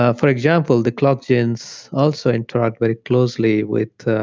ah for example, the clock genes also interact very closely with